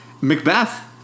Macbeth